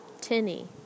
tinny